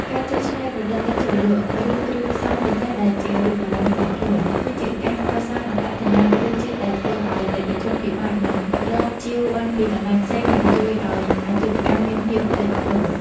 ការចេះច្នៃប្រឌិតទឹកជ្រលក់ ឬគ្រឿងផ្សំពិសេសដែលជារូបមន្តផ្ទាល់ខ្លួន គឺជាការកសាងអត្តសញ្ញាណរសជាតិដែលធ្វើឱ្យអតិថិជនពិបាកនឹងរកជាវបានពីកន្លែងផ្សេង និងជួយឱ្យអាជីវកម្មមានភាពលេចធ្លោ។